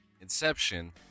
inception